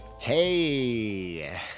Hey